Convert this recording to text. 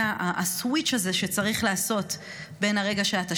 הסוויץ' הזה שצריך לעשות בין הרגע שאתה